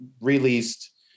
released